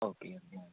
okay L G ആണോ